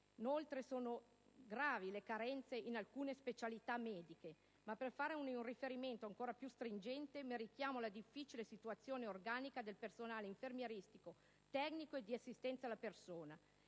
Inoltre, sono gravi le carenze in talune specialità mediche. Per fare un riferimento ancora più stringente, mi richiamo alla difficile situazione organica del personale infermieristico, tecnico e di assistenza alla persona.